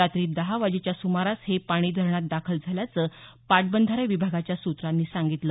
रात्री दहा वाजेच्या सुमारास हे पाणी धरणात दाखल झाल्याचं पाटबंधारे विभागाच्या सूत्रानं सांगितलं